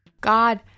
God